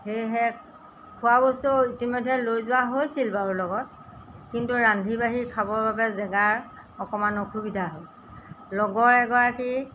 সেয়েহে খোৱা বস্তু ইতিমধ্য লৈ যোৱা হৈছিল বাৰু লগত কিন্তু ৰান্ধি বাঢ়ি খাবৰ বাবে জেগা অকণমান অসুবিধা হ'ল লগৰ এগৰাকী